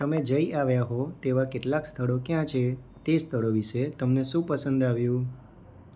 તમે જઈ આવ્યા હોય તેવા કેટલાંક સ્થળો ક્યાં છે તે સ્થળો વિષે તમને શું પસંદ આવ્યું